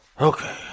Okay